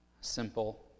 simple